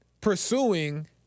pursuing